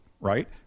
right